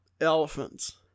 elephants